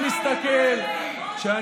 רגע, מה איתי?